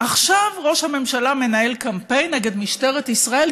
עכשיו ראש הממשלה מנהל קמפיין נגד משטרת ישראל,